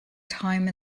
time